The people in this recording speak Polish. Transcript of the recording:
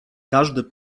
każdy